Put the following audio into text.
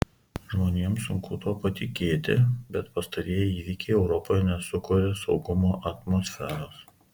žmonėms sunku tuo patikėti bet pastarieji įvykiai europoje nesukuria saugumo atmosferos